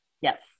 Yes